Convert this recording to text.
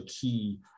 key